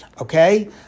Okay